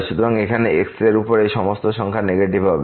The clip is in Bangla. সুতরাং এখানে x এর উপর এই সমস্ত সংখ্যা নেগেটিভ হবে